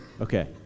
Okay